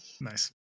nice